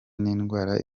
n’indwara